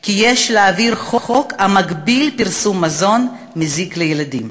כי יש להעביר חוק המגביל פרסום מזון מזיק לילדים.